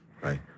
right